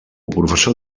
professor